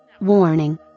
warning